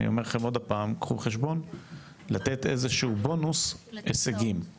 אני אומר עוד הפעם קחו בחשבון לתת איזשהו בונוס להישגים,